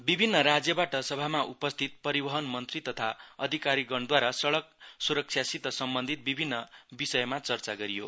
विभिन्न राज्यबाट सभामा उपस्थित परिवहन मन्त्री तथा अधिकारीगणले सड़क सुरक्षासित सम्बन्धित विभिन्न विषयमा चर्चा गरियो